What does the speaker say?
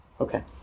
Okay